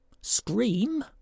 scream